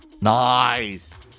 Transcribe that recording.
Nice